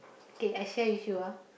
okay I share with you ah